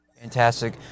Fantastic